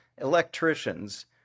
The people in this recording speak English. electricians